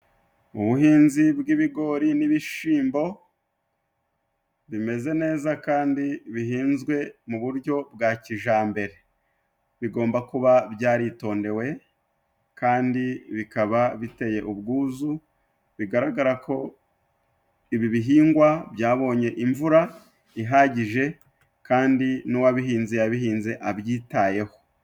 Ubuhinzi bw'ibigori n'ibishimbo bimeze neza kandi bihinzwe mu buryo bwa kijambere bigomba kuba byaritondewe kandi bikaba biteye ubwuzu bigaragara ko ibi bihingwa byabonye imvura ihagije kandi n'uwabihinze yabihinze abyitayeho.